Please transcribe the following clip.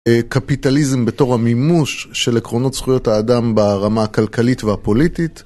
קפיטליזם בתור המימוש של עקרונות זכויות האדם ברמה הכלכלית והפוליטית